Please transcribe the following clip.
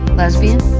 lesbian,